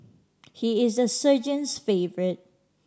he is the sergeant's favourite